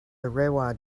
rewa